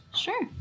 Sure